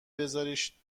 بزاریش